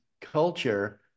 culture